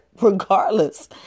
regardless